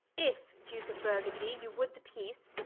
if duke of burgonie, you would the peace,